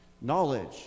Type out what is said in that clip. Knowledge